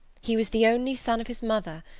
he was the only son of his mother,